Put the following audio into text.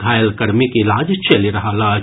घायल कर्मीक इलाज चलि रहल अछि